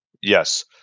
Yes